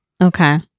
Okay